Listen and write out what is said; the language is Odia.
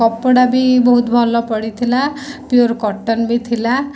କପଡ଼ା ବି ବହୁତ ଭଲ ପଡ଼ିଥିଲା ପିଓର୍ କଟନ୍ ବି ଥିଲା